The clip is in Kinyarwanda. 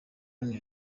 anna